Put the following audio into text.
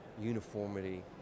uniformity